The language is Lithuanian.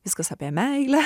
viskas apie meilę